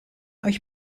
euch